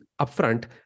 upfront